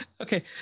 Okay